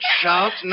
shout